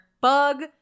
bug